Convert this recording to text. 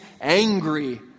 angry